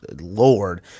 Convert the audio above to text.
Lord